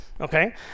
okay